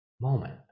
moment